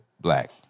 black